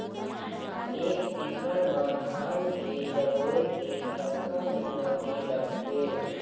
एक एकड़ म धान के जगोए के कतका मेहनती लगथे?